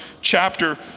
chapter